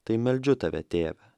tai meldžiu tave tėve